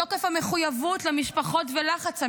בתוקף המחויבות למשפחות ולחץ המשפחות,